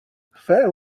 fair